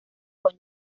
con